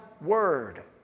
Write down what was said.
Word